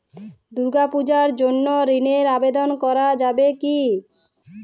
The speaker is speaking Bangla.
দুর্গাপূজার জন্য ঋণের আবেদন করা যাবে কি?